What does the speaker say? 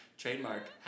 trademark